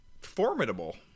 formidable